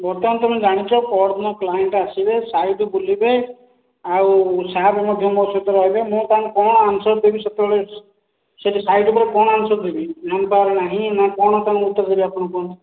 lockdown ତମେ ଜାଣିଛ ପହର ଦିନ କ୍ଲାଇଂଟ୍ ଆସିବେ ସାଇଟ୍ ବୁଲିବେ ଆଉ ସାର୍ ମଧ୍ୟ ମୋ ସହିତ ରହିବେ ମୁଁ ତାଙ୍କୁ କଣ ଆନ୍ସର୍ ଦେବି ସେତେବେଳେ ସେଇଠି ସାଇଟ୍ ଉପରେ କଣ ଆନ୍ସର୍ ଦେବି ମ୍ୟାନ୍ପାୱାର ନାହିଁ ନା କଣ ମୁଁ ତାଙ୍କୁ ଉତ୍ତର ଦେବି ଆପଣ କୁହନ୍ତୁ